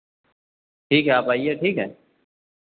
ठीक है आप आइए ठीक है